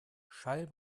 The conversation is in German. schall